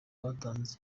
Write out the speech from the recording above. batanze